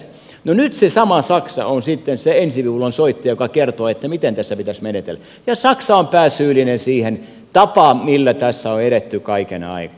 no nyt se sama saksa on sitten se ensiviulun soittaja joka kertoo miten tässä pitäisi menetellä ja saksa on pääsyyllinen siihen tapaan millä tässä on edetty kaiken aikaa